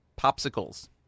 popsicles